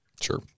sure